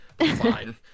fine